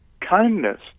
Kindness